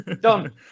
done